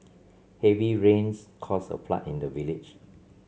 heavy rains caused a flood in the village